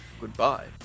Goodbye